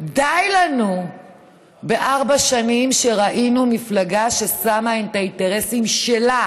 די לנו בארבע שנים שראינו מפלגה ששמה את האינטרסים שלה